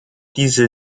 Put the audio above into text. diese